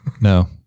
No